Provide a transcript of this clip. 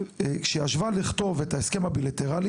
כשישבה לכתוב את ההסכם הבילטרלי,